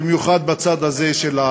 במיוחד בצד הזה,